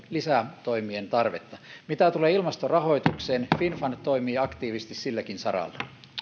lisätoimien tarvetta mitä tulee ilmastorahoitukseen finnfund toimii aktiivisesti silläkin saralla